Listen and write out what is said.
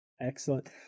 Excellent